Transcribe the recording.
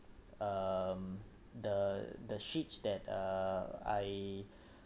um the the sheets that uh I